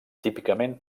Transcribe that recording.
típicament